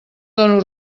dono